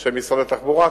ושל משרד התחבורה,